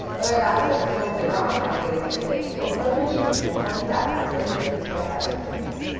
whether that's with sultry valentine's day campaigns, or promoting beef in a healthy diet with grocery retail dietitians.